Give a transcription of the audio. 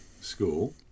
school